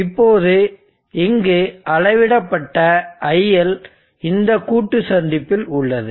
இப்போது இங்கு அளவிடப்பட்ட IL இந்த கூட்டு சந்திப்பில் உள்ளது